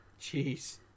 Jeez